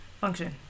function